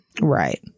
Right